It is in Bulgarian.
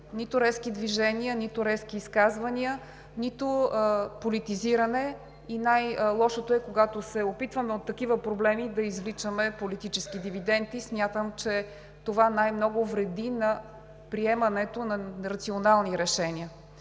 нито резки движения, нито резки изказвания, нито политизиране. Най-лошото е, че когато се опитваме от такива проблеми да извличаме политически дивиденти, смятам, че това най-много вреди на приемането на рационални решения.